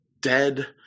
dead